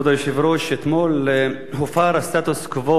כבוד היושב-ראש, אתמול הופר הסטטוס-קוו